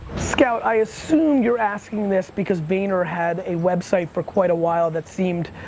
scout, i assume you're asking this because vayner had a website for quite a while that seemed,